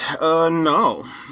No